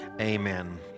Amen